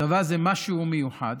צבא זה משהו מיוחד,